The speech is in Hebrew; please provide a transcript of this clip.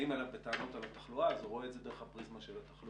באים אליו בטענות על התחלואה אז הוא רואה את זה דרך הפריזמה של התחלואה,